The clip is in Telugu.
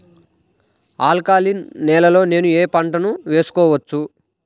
ఆల్కలీన్ నేలలో నేనూ ఏ పంటను వేసుకోవచ్చు?